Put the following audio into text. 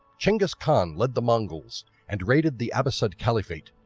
genghis khan led the mongols and raided the abbasid caliphate,